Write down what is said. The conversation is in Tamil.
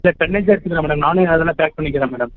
இல்லை எடுத்துக்கிறோம் மேடம் நானே அதுலாம் பேக் பண்ணிக்கிறேன் மேடம்